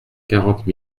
quarante